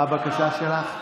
מה הבקשה שלך?